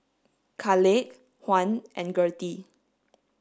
Caleigh Juan and Gertie